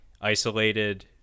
isolated